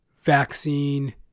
vaccine